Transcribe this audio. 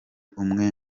umwe